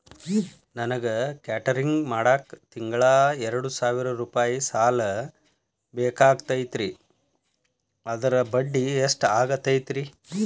ನನಗ ಕೇಟರಿಂಗ್ ಮಾಡಾಕ್ ತಿಂಗಳಾ ಎರಡು ಸಾವಿರ ರೂಪಾಯಿ ಸಾಲ ಬೇಕಾಗೈತರಿ ಅದರ ಬಡ್ಡಿ ಎಷ್ಟ ಆಗತೈತ್ರಿ?